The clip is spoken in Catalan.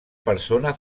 persona